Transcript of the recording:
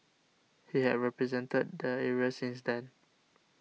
he had represented the area since then